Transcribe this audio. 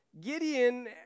Gideon